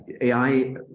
AI